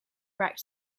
wrecked